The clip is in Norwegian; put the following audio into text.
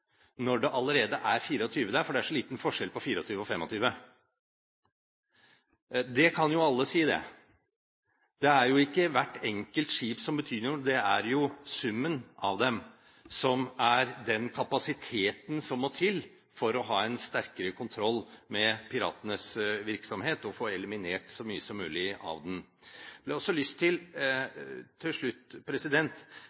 når det allerede er 24 der, for det er så liten forskjell på 24 og 25. Det kan jo alle si. Det er jo ikke hvert enkelt skip som betyr noe, det er jo summen av dem som er den kapasiteten som må til for å ha en sterkere kontroll med piratenes virksomhet, og få eliminert så mye som mulig av den. Jeg har også lyst til